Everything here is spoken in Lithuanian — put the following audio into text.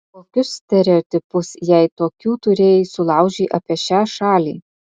kokius stereotipus jei tokių turėjai sulaužei apie šią šalį